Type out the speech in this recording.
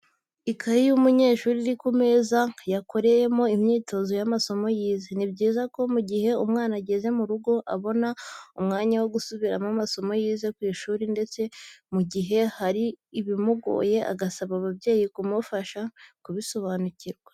Ikaye y'umunyeshuri iri ku meza, yakoreyemo imyitozo y'amasomo yize, ni byiza ko mu gihe umwana ageze mu rugo, abona umwanya wo gusubiramo amasomo yize ku ishuri ndetse mu gihe hari ibimugoye agasaba ababyeyi kumufasha kubisobanukirwa.